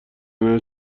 اینا